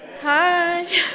Hi